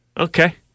Okay